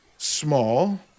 Small